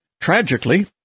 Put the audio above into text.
Tragically